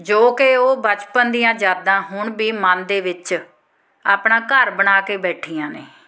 ਜੋ ਕਿ ਉਹ ਬਚਪਨ ਦੀਆਂ ਯਾਦਾਂ ਹੁਣ ਵੀ ਮਨ ਦੇ ਵਿੱਚ ਆਪਣਾ ਘਰ ਬਣਾ ਕੇ ਬੈਠੀਆਂ ਨੇ